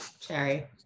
Cherry